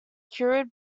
cured